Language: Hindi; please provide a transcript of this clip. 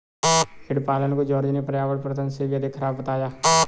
भेड़ पालन को जॉर्ज ने पर्यावरण परिवर्तन से भी अधिक खराब बताया है